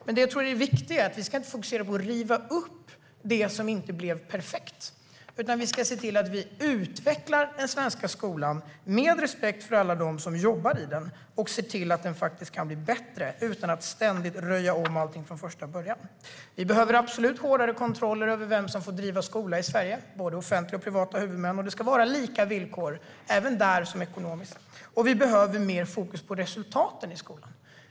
Men det jag tror är det viktiga är att inte fokusera på att riva upp det som inte blev perfekt, utan vi ska se till att vi utvecklar den svenska skolan med respekt för alla dem som jobbar i den och se till att den faktiskt kan bli bättre, utan att ständigt röja om allting från första början. Vi behöver absolut hårdare kontroller av vilka som får driva skola i Sverige, både offentliga och privata huvudmän, och det ska vara lika villkor även ekonomiskt. Och vi behöver mer fokus på resultaten i skolan.